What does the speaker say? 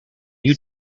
you